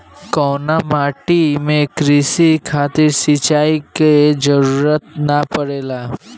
कउना माटी में क़ृषि खातिर सिंचाई क जरूरत ना पड़ेला?